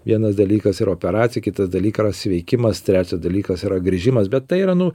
vienas dalykas yra operacija kitas dalykas sveikimas trečias dalykas yra grįžimas bet tai yra nu